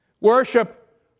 Worship